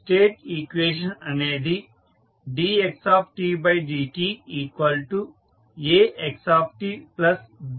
state equation అనేది dxdtaxtbrt